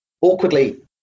awkwardly